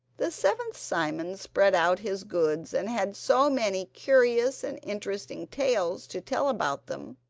the seventh simon spread out his goods, and had so many curious and interesting tales to tell about them,